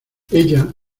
ella